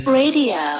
radio